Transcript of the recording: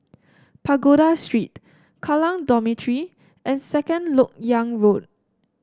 Pagoda Street Kallang Dormitory and Second LoK Yang Road